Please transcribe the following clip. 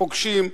פוגשים,